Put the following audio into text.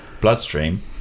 bloodstream